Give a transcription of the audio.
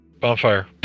Bonfire